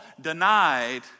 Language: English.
denied